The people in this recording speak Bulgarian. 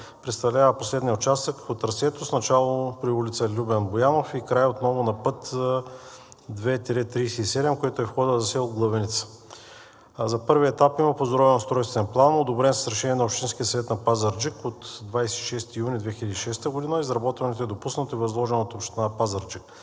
представлява последният участък от трасето с начало при улица „Любен Боянов“ и край отново на път II-37, който е входът за село Главиница. За първия етап има Подробен устройствен план, одобрен с Решение на Общинския съвет на Пазарджик от 26 юни 2006 г. Изработването е допуснато и възложено от Община Пазарджик.